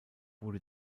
wurde